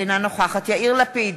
אינה נוכחת יאיר לפיד,